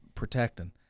protecting